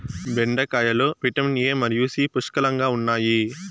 బెండకాయలో vitamin A మరియు C పుష్కలంగా ఉన్నాయి